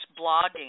blogging